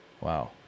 Wow